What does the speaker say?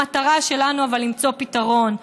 המטרה שלנו היא למצוא פתרון,